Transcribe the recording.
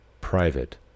private